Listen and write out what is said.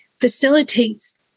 facilitates